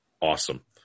Awesome